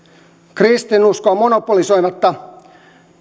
kristinuskoa monopolisoimatta